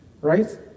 right